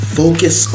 focus